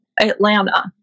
Atlanta